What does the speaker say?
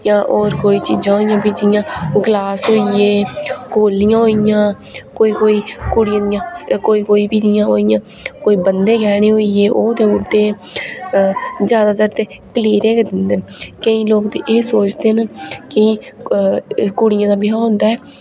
जां होर कोई चीजां होइयां बिच इ'यां गलास होई गे कौलियां होइयां कोई कोई कुड़ियां इ'यां कोई कोई बी इ'यां बंधे गैह्ने होई एगे ते जादातर ते कलीरे गै दिंदे केईं लोक ते एह् कि कुड़ियें दा ब्याह् होंदा ऐ